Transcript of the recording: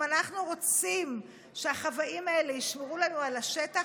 אם אנחנו רוצים שהחוואים האלה ישמרו לנו על השטח,